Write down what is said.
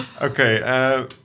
Okay